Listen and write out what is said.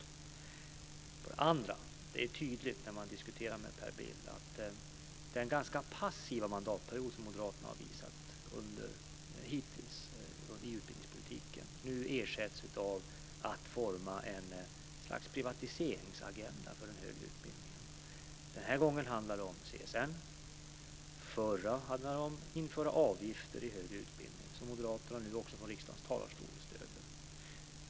För det andra blir det tydligt när man diskuterar med Per Bill att den ganska passiva mandatperiod som moderaterna hittills har visat i utbildningspolitiken nu ersätts av att forma ett slags privatiseringsagenda för den högre utbildningen. Den här gången handlar det om CSN, förra gången handlade om att införa avgifter i den högre utbildningen, som moderaterna nu också från riksdagens talarstol stöder.